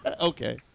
Okay